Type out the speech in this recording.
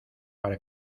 para